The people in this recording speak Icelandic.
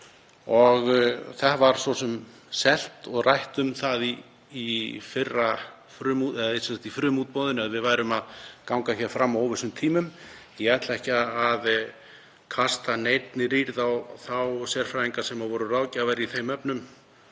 Það var svo sem rætt um það í frumútboðinu að við værum að ganga fram á óvissutímum. Ég ætla ekki að kasta neinni rýrð á þá sérfræðinga sem voru ráðgjafar í þeim efnum